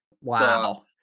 wow